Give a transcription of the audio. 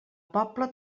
pobla